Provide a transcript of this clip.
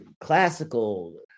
classical